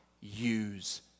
use